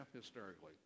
hysterically